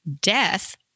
death